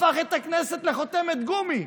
הוא הפך את הכנסת לחותמת גומי.